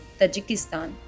Tajikistan